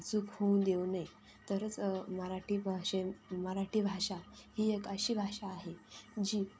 चूक होऊन देऊ नये तरच मराठी भाषा मराठी भाषा ही एक अशी भाषा आहे जी